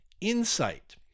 Insight